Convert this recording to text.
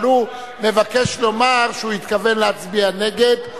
אבל הוא מבקש לומר שהוא התכוון להצביע נגד.